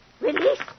Release